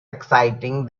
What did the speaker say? exciting